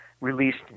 released